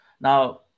Now